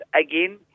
again